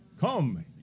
Come